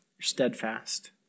steadfast